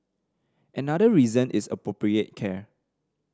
another reason is appropriate care